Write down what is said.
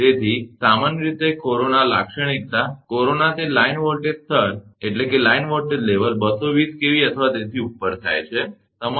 તેથી સામાન્ય રીતે કોરોના લાક્ષણિકતા કોરોના તે લાઇન વોલ્ટેજ સ્તર 220 kV અથવા તેથી ઉપર થાય છે બરાબર